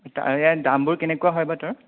এইয়া দামবোৰ কেনেকুৱা হয় বা তাৰ